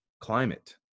climate